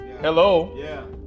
Hello